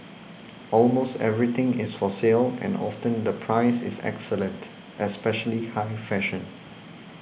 almost everything is for sale and often the price is excellent especially high fashion